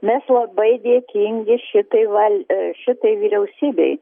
mes labai dėkingi šitai val šitai vyriausybei